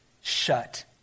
shut